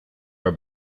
are